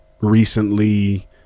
recently